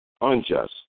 unjust